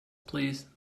please